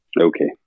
okay